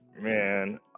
Man